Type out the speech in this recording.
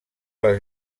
les